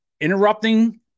interrupting